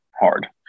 Hard